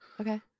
Okay